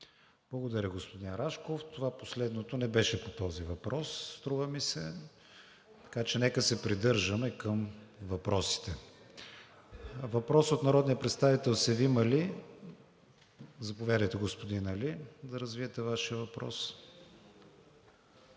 Благодаря, господин Рашков. Това последното не беше по този въпрос, струва ми се, така че нека да се придържаме към въпросите. Въпрос от народния представител Севим Али. Заповядайте, господин Али, да развиете Вашия въпрос.